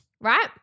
Right